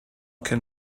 can